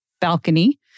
balcony